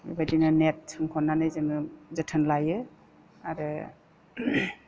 बेबायदिनो नेट सोंख'ननानै जोङो जोथोन लायो आरो